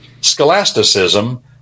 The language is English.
scholasticism